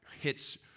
hits